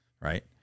right